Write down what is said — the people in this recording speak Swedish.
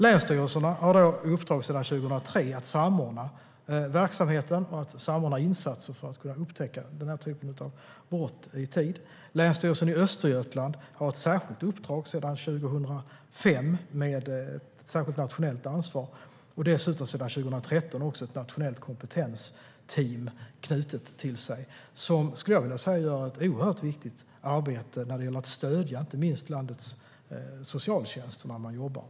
Länsstyrelserna har sedan 2003 i uppdrag att samordna verksamheten och att samordna insatserna för att upptäcka den här typen av brott i tid. Länsstyrelsen i Östergötland har sedan 2005 ett särskilt uppdrag med nationellt ansvar, och sedan 2013 har man dessutom ett nationellt kompetensteam knutet till sig som gör ett oerhört viktigt arbete med att stödja landets socialtjänster.